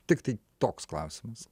tiktai toks klausimas